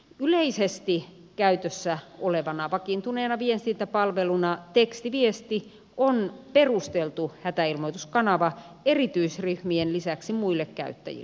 yleisesti käytössä olevana vakiintuneena viestintäpalveluna tekstiviesti on perusteltu hätäilmoituskanava erityisryhmien lisäksi muillekin käyttäjille